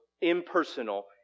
impersonal